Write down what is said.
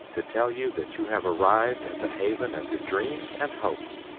to tell you that you have arrived at the haven of your dreams and hopes.